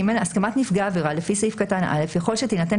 (ג) הסכמת נפגע עבירה לפי סעיף קטן (א) יכול שתינתן